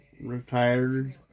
retired